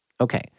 Okay